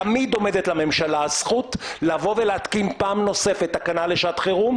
תמיד עומדת לממשלה הזכות לבוא ולהתקין פעם נוספת תקנה לשעת חירום,